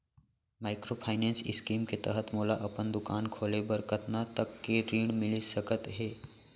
Microfinance scheme के तहत मोला अपन दुकान खोले बर कतना तक के ऋण मिलिस सकत हे?